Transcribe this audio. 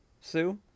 sue